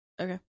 Okay